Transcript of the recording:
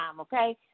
okay